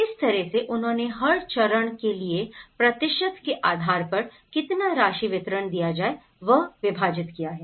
इस तरह से उन्होंने हर चरण के लिए प्रतिशत के आधार पर कितना राशि वितरण दिया जाए यह विभाजित किया है